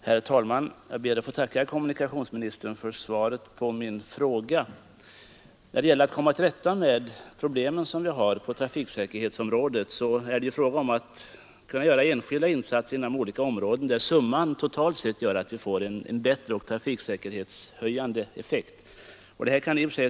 Herr talman! Jag ber att få tacka kommunikationsministern för svaret på min fråga. När det gäller att komma till rätta med problemen på trafiksäkerhetsområdet är det nödvändigt med enskilda insatser inom olika områden, där summan totalt sett skall få en trafiksäkerhetshöjande effekt.